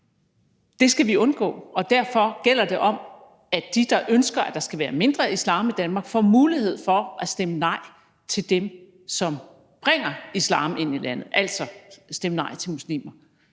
Det skal vi undgå, og derfor gælder det om, at de, der ønsker, at der skal være mindre islam i Danmark, får mulighed for at stemme nej til dem, som bringer islam ind i landet, altså at stemme nej til muslimer.